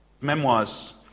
memoirs